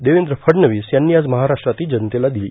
देवेंद्र फडणवीस यांनी आज महाराष्ट्रातील जनतेला दिली